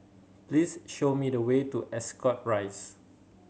please show me the way to Ascot Rise